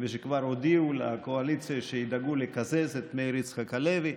ושכבר הודיעו לקואליציה שידאגו לקזז את מאיר יצחק הלוי.